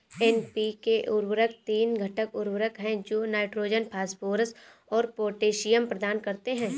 NPK उर्वरक तीन घटक उर्वरक हैं जो नाइट्रोजन, फास्फोरस और पोटेशियम प्रदान करते हैं